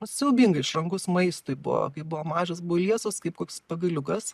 siaubingai išrankus maistui buvo kai buvo mažas buvo liesas kaip koks pagaliukas